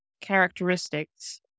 characteristics